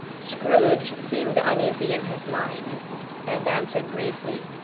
scrooge seemed uneasy in his mind and answered briefly,